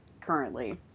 currently